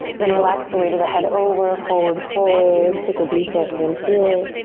then relax the weight of the head over, forward fold. take a deep breath in here.